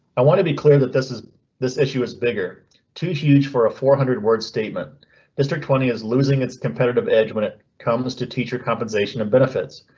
i want to be clear that this is this issue is bigger two huge for a four hundred word statement mr twenty is losing its competitive edge when it comes to teacher compensation and benefits.